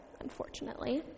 unfortunately